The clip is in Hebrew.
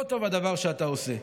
לא טוב הדבר שאתה עושה.